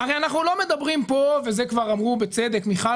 הרי לא מדברים כאן ואת זה אמרו בצדק מיכל